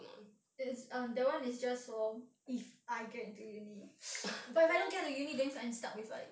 is err that one is just for if I get into uni but if I don't get into uni that means I'm stuck with like